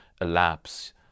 elapse